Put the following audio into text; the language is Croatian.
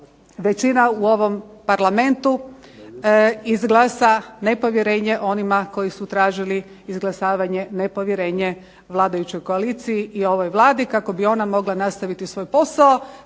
većina u ovom Parlamentu izglasa nepovjerenje onima koji su tražili izglasavanje nepovjerenje vladajućoj koaliciji i ovoj Vladi kako bi ona mogla nastaviti svoj posao.